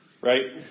Right